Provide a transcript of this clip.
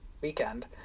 weekend